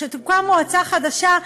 כשתוקם מועצה חדשה,